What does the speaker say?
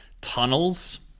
tunnels